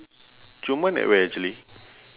tioman at where actually